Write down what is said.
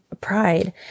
pride